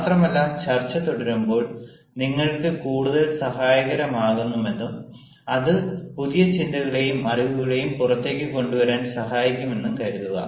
മാത്രമല്ല ചർച്ച തുടരുമ്പോൾ നിങ്ങൾക്ക് കൂടുതൽ സഹായകരമാകുമെന്നും അത് പുതിയ ചിന്തകളെയും അറിവുകളെയും പുറത്തേക്ക് കൊണ്ടുവരുവാൻ സഹായിക്കുമെന്ന് കരുതുന്നു